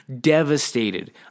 devastated